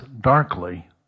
darkly